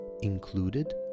included